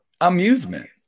Amusement